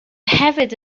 hefyd